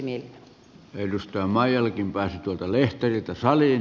edustaja maijalakin pääsi tuolta lehtereiltä saliin